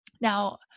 Now